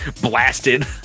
blasted